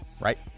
Right